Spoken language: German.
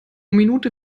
minute